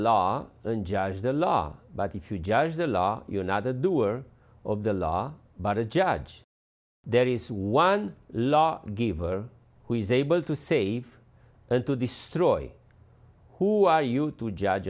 law and judge the law but if you judge the law you another doer of the law but a judge there is one law giver who is able to save and to destroy who are you to judge